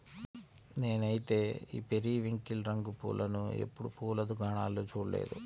నేనైతే ఈ పెరివింకిల్ రంగు పూలను ఎప్పుడు పూల దుకాణాల్లో చూడలేదు